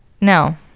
No